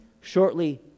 shortly